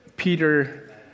Peter